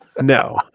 No